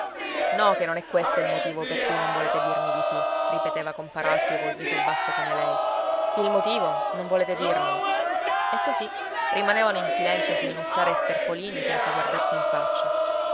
no che non è questo il motivo per cui non volete dirmi di sì ripeteva compar alfio col viso basso come lei il motivo non volete dirmelo e così rimanevano in silenzio a sminuzzare sterpolini senza guardarsi in faccia